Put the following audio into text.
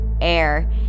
air